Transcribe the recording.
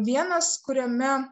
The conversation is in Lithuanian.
vienas kuriame